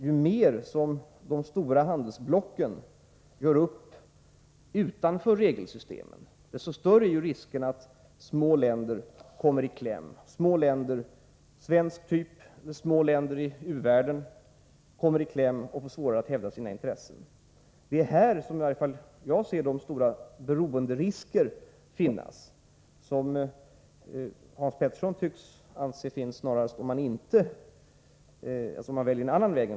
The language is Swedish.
Ju mer de stora handelsblocken gör upp utanför regelsystemen, desto större är riskerna att små länder kommer i kläm. Små länder av Sveriges typ eller små länder i u-världen kommer i kläm och får svårare att hävda sina intressen. Det är här som i varje fall jag ser de stora beroenderiskerna, som Hans Petersson tycks anse finns om man väljer en annan väg.